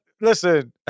Listen